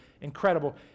incredible